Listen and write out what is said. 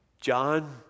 John